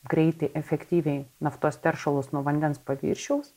greitai efektyviai naftos teršalus nuo vandens paviršiaus